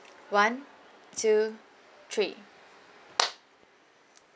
one two three